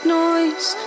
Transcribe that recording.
noise